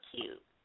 cute